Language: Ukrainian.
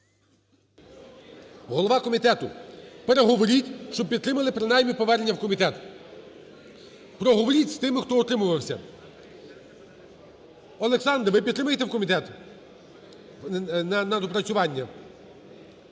Голова комітету переговоріть, щоб підтримали принаймні повернення у комітет. Проговоріть з тими, хто утримувався. Олександре, ви підтримаєте в комітет на доопрацювання?